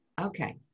Okay